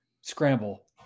scramble